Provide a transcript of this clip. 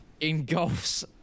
engulfs